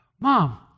mom